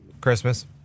Christmas